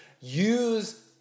use